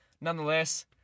Nonetheless